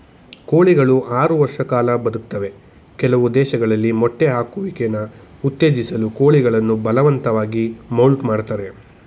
ಕೋಳಿಗಳು ಆರು ವರ್ಷ ಕಾಲ ಬದುಕ್ತವೆ ಕೆಲವು ದೇಶದಲ್ಲಿ ಮೊಟ್ಟೆ ಹಾಕುವಿಕೆನ ಉತ್ತೇಜಿಸಲು ಕೋಳಿಗಳನ್ನು ಬಲವಂತವಾಗಿ ಮೌಲ್ಟ್ ಮಾಡ್ತರೆ